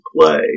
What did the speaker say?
play